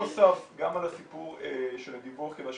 בנוסף גם על הסיפור של הדיווח על השקיפות,